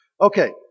Okay